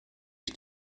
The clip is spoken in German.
ich